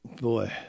Boy